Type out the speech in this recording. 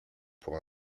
pour